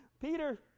Peter